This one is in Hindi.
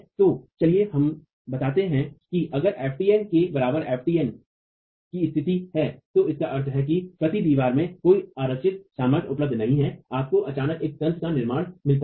तो चलिए हम बताते हैं कि अगर ftn के बराबर ftn की स्थिति है तो इसका अर्थ है कि प्रति दीवार में कोई आरक्षित सामर्थ्य उपलब्ध नहीं है आपको अचानक एक तंत्र का निर्माण मिलता है